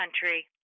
country